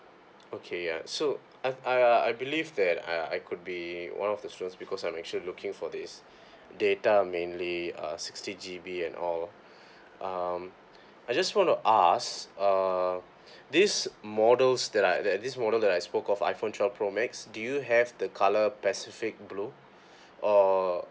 okay uh so uh I uh I believe that uh I could be one of the students because I'm actually looking for this data mainly uh sixty G_B and all um I just want to ask uh this models that I that this model that I spoke of iPhone twelve pro max do you have the color pacific blue or